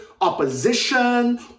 opposition